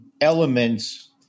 elements